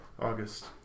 August